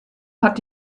hat